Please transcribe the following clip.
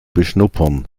beschnuppern